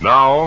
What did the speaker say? Now